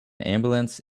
ambulance